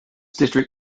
district